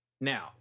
Now